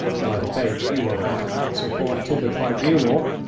my faith, you will have to answer for it to the tribunal.